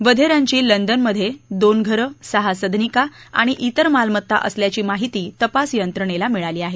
वधेरांची लंडनमध्ये दोन घरं सहा सदनिका आणि इतर मालमत्ता असल्याची माहिती तपास यंत्रणेला मिळाली आहेत